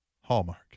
Hallmark